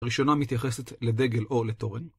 הראשונה מתייחסת לדגל או לתורן.